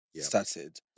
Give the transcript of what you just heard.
started